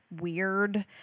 weird